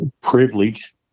privilege